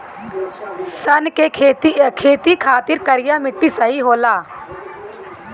सन के खेती खातिर करिया मिट्टी सही होला